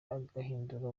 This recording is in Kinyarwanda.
agahindura